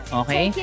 okay